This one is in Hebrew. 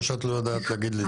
או שאת לא יודעת להגיד לי תשובה?